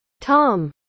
tom